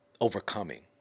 overcoming